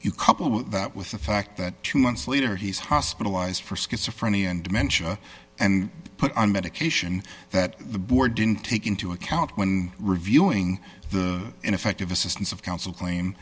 you couple that with the fact that two months later he's hospitalized for schizophrenia and dimentia and put on medication that the board didn't take into account when reviewing the ineffective assistance of counsel claim